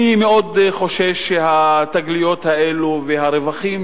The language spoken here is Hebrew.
אני מאוד חושש שהתגליות האלו והרווחים